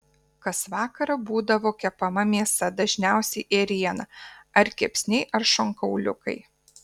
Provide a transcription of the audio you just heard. kas vakarą būdavo kepama mėsa dažniausiai ėriena ar kepsniai ar šonkauliukai